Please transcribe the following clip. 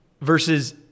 versus